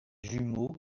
jumeaux